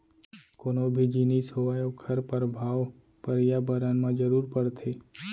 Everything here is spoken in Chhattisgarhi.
कोनो भी जिनिस होवय ओखर परभाव परयाबरन म जरूर परथे